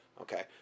okay